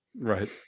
right